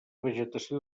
vegetació